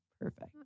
perfect